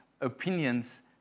opinions